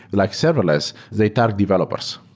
like serverless, they target developers,